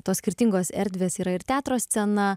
tos skirtingos erdvės yra ir teatro scena